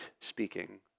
speaking